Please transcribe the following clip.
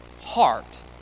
heart